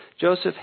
Joseph